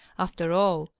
after all,